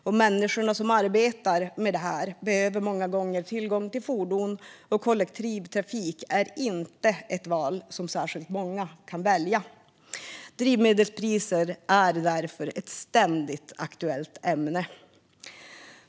Och människorna som arbetar med det här behöver många gånger tillgång till fordon, och kollektivtrafik är inte ett val som särskilt många kan göra. Drivmedelspriser är därför ett ständigt aktuellt ämne.